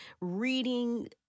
reading